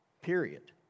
Period